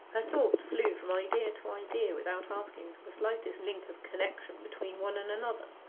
her thoughts flew from idea to idea without asking for the slightest link of connection between one and another.